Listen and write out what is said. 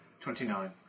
Twenty-nine